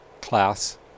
class